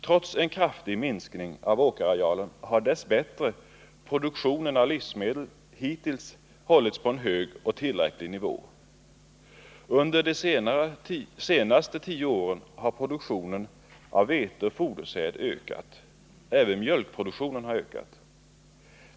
Trots en kraftig minskning av åkerarealen har dess bättre produktionen av livsmedel hittills hållits på en hög och tillräcklig nivå. Under de senaste tio åren har produktionen av vete och fodersäd ökat. Även mjölkproduktionen har ökat.